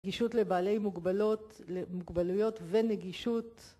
נגישות לבעלי מוגבלות, מוגבלויות ונגישות